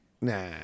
nah